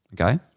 okay